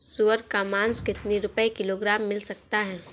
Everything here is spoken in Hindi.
सुअर का मांस कितनी रुपय किलोग्राम मिल सकता है?